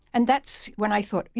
and that's when i thought,